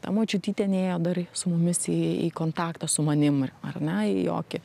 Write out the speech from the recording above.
ta močiutytė nėjo dar su mumis į į kontaktą su manim a ar ne į jokį